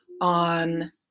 on